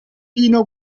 pino